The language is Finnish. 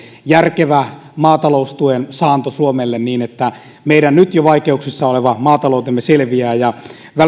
järkevän maataloustuen saannon suomelle niin että meidän nyt jo vaikeuksissa oleva maataloutemme selviää